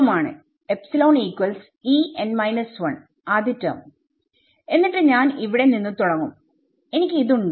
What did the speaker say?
ആദ്യ ടെർമ് എന്നിട്ട് ഞാൻ ഇവിടെ നിന്ന് തുടങ്ങും എനിക്ക് ഇത് ഉണ്ടോ